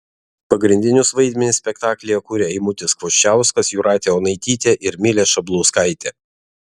pagrindinius vaidmenis spektaklyje kuria eimutis kvoščiauskas jūratė onaitytė ir milė šablauskaitė